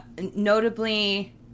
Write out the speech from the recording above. Notably